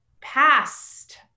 past